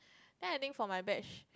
then I think for my batch